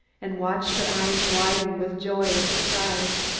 and watched her eyes widen with joy and surprise.